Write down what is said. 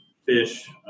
Fish